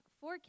four